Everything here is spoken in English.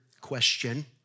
question